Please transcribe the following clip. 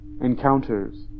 encounters